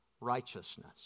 righteousness